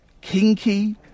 Kinky